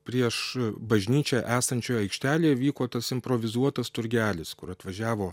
prieš bažnyčią esančioje aikštelėje vyko tas improvizuotas turgelis kur atvažiavo